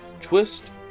Twist